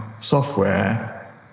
software